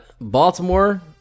Baltimore